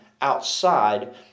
outside